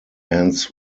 ends